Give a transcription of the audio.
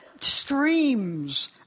streams